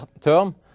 term